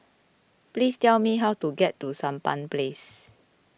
please tell me how to get to Sampan Place